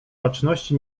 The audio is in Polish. baczności